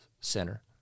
center